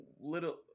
little